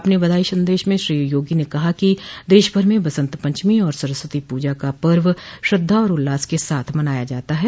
अपने बधाई संदेश में श्री योगी ने कहा कि देश भर में बसंत पंचमी और सरस्वती पूजा का पर्व श्रद्धा और उल्लास के साथ मनाया जाता है